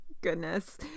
Goodness